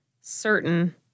certain